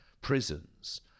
prisons